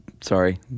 sorry